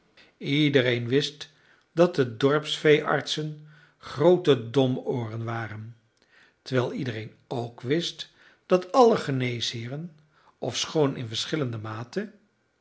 iedereen wist dat de dorpsveeartsen groote domooren waren terwijl iedereen ook wist dat alle geneesheeren ofschoon in verschillende mate